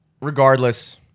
regardless